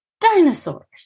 dinosaurs